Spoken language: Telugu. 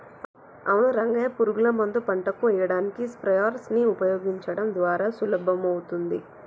అవును రంగయ్య పురుగుల మందు పంటకు ఎయ్యడానికి స్ప్రయెర్స్ నీ ఉపయోగించడం ద్వారా సులభమవుతాది